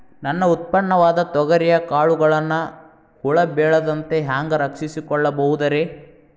ನನ್ನ ಉತ್ಪನ್ನವಾದ ತೊಗರಿಯ ಕಾಳುಗಳನ್ನ ಹುಳ ಬೇಳದಂತೆ ಹ್ಯಾಂಗ ರಕ್ಷಿಸಿಕೊಳ್ಳಬಹುದರೇ?